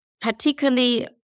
particularly